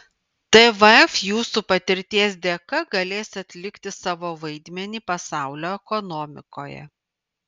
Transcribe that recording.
tvf jūsų patirties dėka galės atlikti savo vaidmenį pasaulio ekonomikoje